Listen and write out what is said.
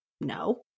No